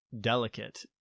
delicate